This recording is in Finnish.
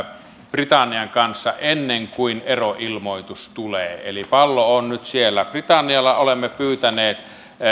britannian kanssa ennen kuin eroilmoitus tulee eli pallo on nyt siellä britannialla olemme pyytäneet eu